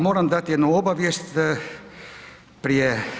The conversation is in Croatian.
Moram dati jednu obavijest prije.